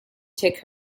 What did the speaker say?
take